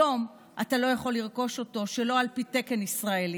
היום אתה לא יכול לרכוש אותו שלא על פי תקן ישראלי,